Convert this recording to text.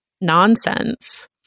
nonsense